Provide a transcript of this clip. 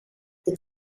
the